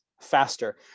faster